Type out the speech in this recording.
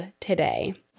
today